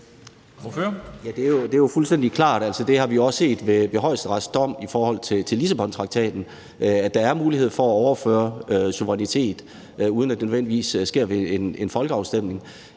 Det er jo fuldstændig klart. Det har vi også set i en højesteretsdom i forhold til Lissabontraktaten, altså at der er mulighed for at overføre suverænitet, uden at det nødvendigvis sker ved en folkeafstemning.